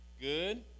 Good